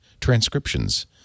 transcriptions